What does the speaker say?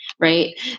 Right